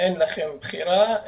אין לכם בחירה,